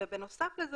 בנוסף לזה,